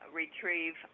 retrieve